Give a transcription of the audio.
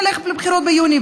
ללכת לבחירות ביוני.